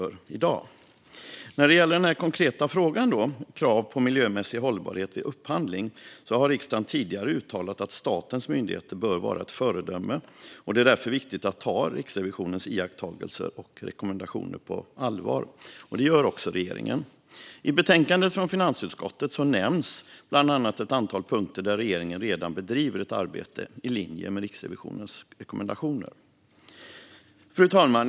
Riksrevisionens rapport om miljö-mässig hållbarhet vid statlig upphandling När det gäller denna konkreta fråga om krav på miljömässig hållbarhet vid upphandling har riksdagen tidigare uttalat att statens myndigheter bör vara ett föredöme. Det är därför viktigt att ta Riksrevisionens iakttagelser och rekommendationer på allvar. Det gör också regeringen. I betänkandet från finansutskottet nämns bland annat ett antal punkter där regeringen redan bedriver ett arbete i linje med Riksrevisionens rekommendationer. Fru talman!